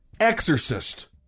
exorcist